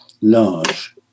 large